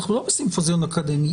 אנחנו לא בסימפוזיון אקדמי,